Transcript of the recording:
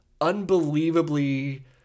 unbelievably